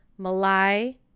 Malai